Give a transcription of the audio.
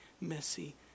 messy